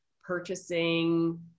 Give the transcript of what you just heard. purchasing